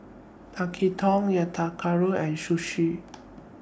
Tekkadon Yakitori and Sushi